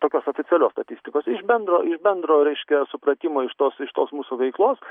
tokios oficialios statistikos iš bendro bendro reiškia supratimo iš tos iš tos mūsų veiklos